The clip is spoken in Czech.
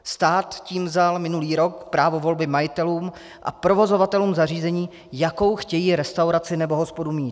Stát tím vzal minulý rok právo volby majitelům a provozovatelům zařízení, jakou chtějí restauraci nebo hospodu mít.